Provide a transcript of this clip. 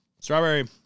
strawberry